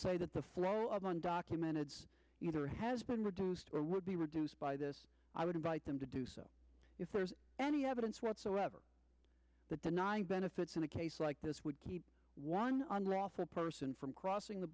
say that the fall of one document it's either has been reduced or would be reduced by this i would invite them to do so if there's any evidence whatsoever that denying benefits in a case like this would keep one on roff a person from crossing the